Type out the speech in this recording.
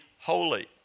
holy